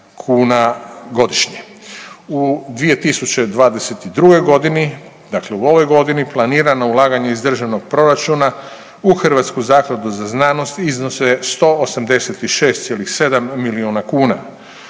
U 2022.g., dakle u ovoj godini, planirano ulaganje iz državnog proračuna u Hrvatsku zakladu za znanost iznose 186,7 milijuna kuna.